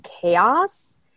chaos